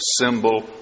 symbol